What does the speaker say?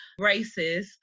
racist